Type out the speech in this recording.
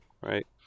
right